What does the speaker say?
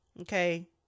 okay